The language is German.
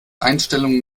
einstellung